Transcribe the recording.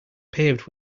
paved